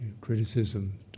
Criticism